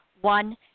one